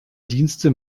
dienste